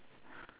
yes